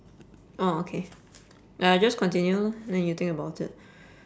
orh okay I just continue lor then you think about it